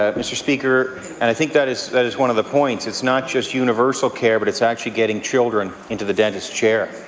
ah mr. speaker, and i think that is that is one of the points. it's not just universal care but it's actually getting children into the dentist's chair.